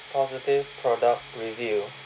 positive product review